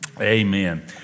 amen